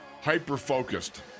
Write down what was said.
Hyper-focused